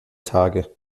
tage